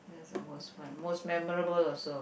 there the most one most memorable also